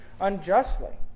unjustly